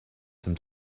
some